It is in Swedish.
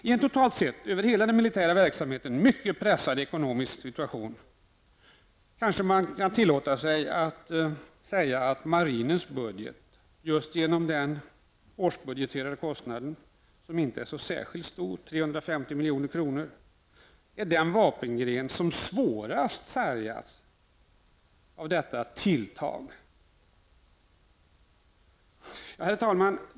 I en totalt sett över hela den militära verksamheten mycket pressad ekonomisk situation torde just nu marinens budget genom den årsbudgeterade kostnaden, som inte är särskilt stor -- ca 350 milj.kr. vara den vapengren som svårast sargas av detta tilltag. Herr talman!